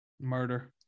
murder